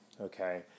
Okay